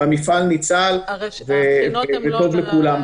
המפעל ניצל וטוב לכולם.